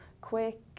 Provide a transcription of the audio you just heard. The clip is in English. quick